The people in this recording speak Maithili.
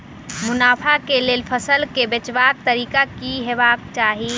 मुनाफा केँ लेल फसल केँ बेचबाक तरीका की हेबाक चाहि?